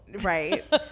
right